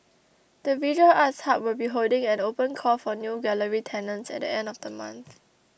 the visual arts hub will be holding an open call for new gallery tenants at the end of the month